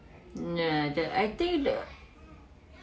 ya the I think the